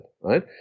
right